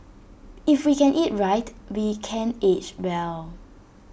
if we can eat right we can age well